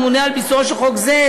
הממונה על ביצועו של חוק זה,